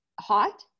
hot